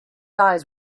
eyes